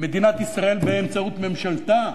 מדינת ישראל באמצעות ממשלתה,